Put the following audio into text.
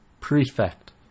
Prefect